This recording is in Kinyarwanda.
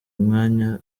umwanya